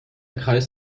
kreis